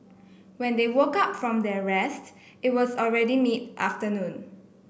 when they woke up from their rest it was already mid afternoon